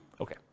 Okay